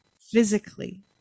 physically